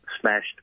smashed